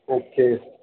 okay